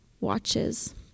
watches